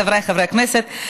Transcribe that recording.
חבריי חברי הכנסת,